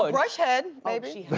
ah brush head maybe.